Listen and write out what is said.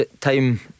time